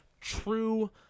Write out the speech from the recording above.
true